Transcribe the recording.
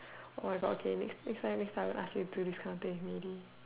oh my god okay next time next time I won't ask you to do this type of things with me already